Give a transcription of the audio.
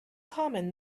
common